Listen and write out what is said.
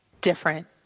different